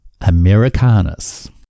Americanus